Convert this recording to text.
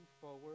forward